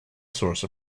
source